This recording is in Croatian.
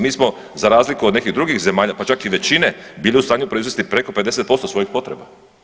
Mi smo za razliku od nekih drugih zemalja pa čak i većine bili u stanju proizvesti preko 50% svojih potreba.